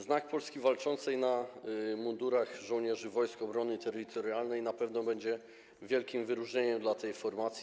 Znak Polski Walczącej na mundurach żołnierzy Wojsk Obrony Terytorialnej na pewno będzie wielkim wyróżnieniem dla tej formacji.